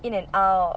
in and out